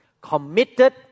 committed